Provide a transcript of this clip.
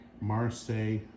Marseille